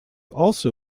also